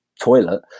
toilet